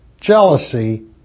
jealousy